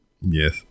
Yes